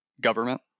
government